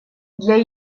для